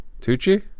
Tucci